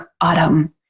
autumn